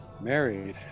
Married